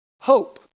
Hope